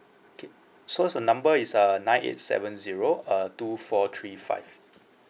okay so the number is uh nine eight seven zero uh two four three five